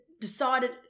decided